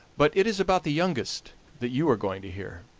but it is about the youngest that you are going to hear.